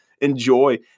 enjoy